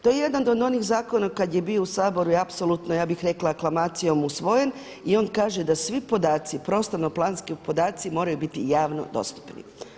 To je jedan od onih zakona kad je bi u Saboru i apsolutno ja bih rekla aklamacijom usvojen i on kaže da svi podaci prostorno planski podaci moraju biti javno dostupni.